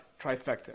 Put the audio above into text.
trifecta